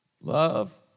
Love